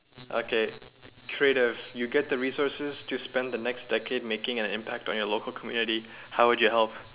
okay trade off you get the resources to spend the next decade making an impact on the local community how would you help